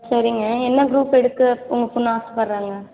சரிங்க என்ன குரூப் எடுக்க உங்கள் பொண்ணு ஆசப்படுறாங்க